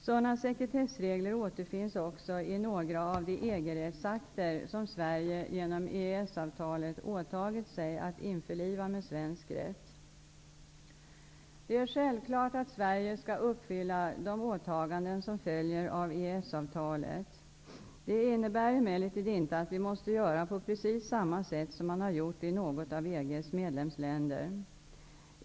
Sådana sekretessregler återfinns också i några av de EG-rättsakter som Sverige genom EES-avtalet åtagit sig att införliva med svensk rätt. Det är självklart att Sverige skall uppfylla de åtaganden som följer av EES-avtalet. Detta innebär emellertid inte att vi måste göra på precis samma sätt som man gjort i något av EG:s medlemsländer.